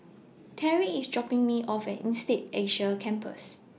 Terri IS dropping Me off At Insead Asia Campus